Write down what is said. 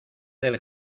del